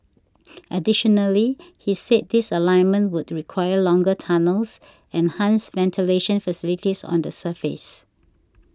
additionally he said this alignment would require longer tunnels and hence ventilation facilities on the surface